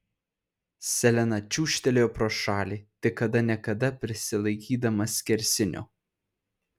selena čiūžtelėjo pro šalį tik kada ne kada prisilaikydama skersinio